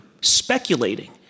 speculating